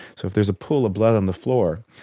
so if there is a pool of blood on the floor,